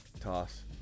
toss